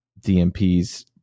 DMPs